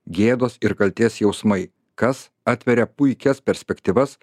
gėdos ir kaltės jausmai kas atveria puikias perspektyvas